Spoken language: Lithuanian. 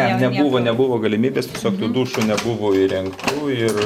ne nebuvo nebuvo galimybės tiesiog tų dušų nebuvo įrengtų ir